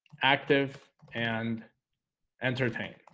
active and entertain